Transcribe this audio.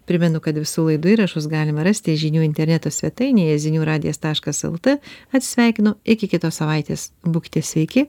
primenu kad visų laidų įrašus galima rasti žinių interneto svetainėje zinių radijas taškas lt atsisveikinu iki kitos savaitės būkite sveiki